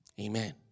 Amen